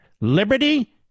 liberty